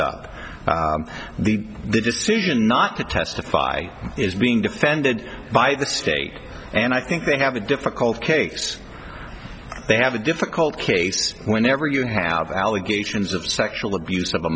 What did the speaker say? up the decision not to testify is being defended by the state and i think they have a difficult case they have a difficult case whenever you have allegations of sexual abuse of a